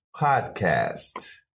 podcast